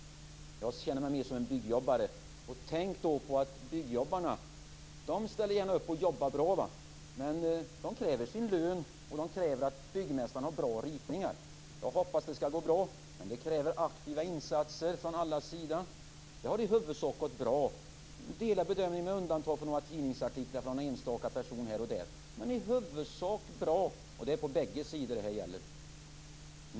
Jag känner mig mer som en byggjobbare. Tänk då på att byggjobbarna gärna ställer upp och jobbar bra, men de kräver sin lön, och de kräver att byggmästaren har bra ritningar. Jag hoppas att det skall gå bra, men det kräver aktiva insatser från allas sida. Det har i huvudsak gått bra. Jag delar den bedömningen, med undantag för några tidningsartiklar från någon enstaka person här och där. Men i huvudsak bra. Det gäller på bägge sidor.